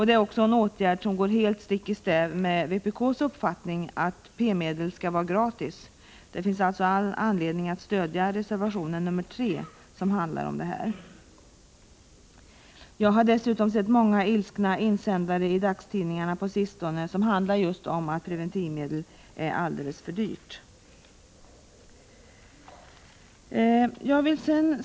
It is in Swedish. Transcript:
Det är också en åtgärd som går stick i stäv med vpk:s uppfattning, att p-medel skall vara gratis. Det finns all anledning att stödja reservation 3. Jag har dessutom sett många ilskna insändare i dagstidningar som just handlat om att p-medel är för dyrt. Fru talman!